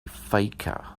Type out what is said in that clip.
faker